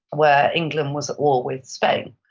where england was at war with spain.